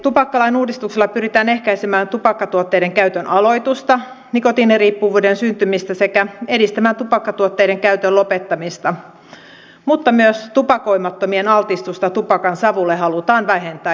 tupakkalain uudistuksella pyritään ehkäisemään tupakkatuotteiden käytön aloitusta nikotiiniriippuvuuden syntymistä sekä edistämään tupakkatuotteiden käytön lopettamista mutta myös tupakoimattomien altistusta tupakansavulle halutaan vähentää